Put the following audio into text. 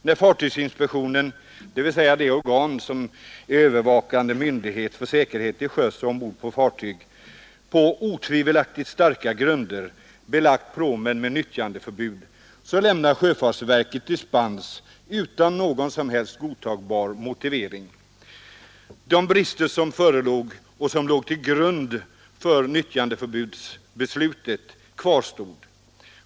När fartygsinspektionen — det organ som är övervakande myndighet för säkerhet till sjöss och ombord på fartyg — på otvivelaktigt starka grunder belagt pråmen med nyttjandeförbud, lämnar sjöfartsverket dispens utan någon som helst godtagbar motivering. De brister som låg till grund för nyttjandeförbudsbeslutet kvarstår.